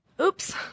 Oops